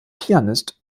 pianist